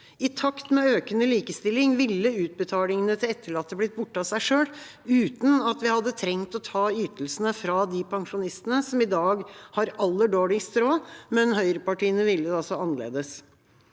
I takt med økende likestilling ville utbetalingene til etterlatte blitt borte av seg selv, uten at vi hadde trengt å ta ytelsene fra de pensjonistene som i dag har aller dårligst råd, men høyrepartiene ville det altså annerledes.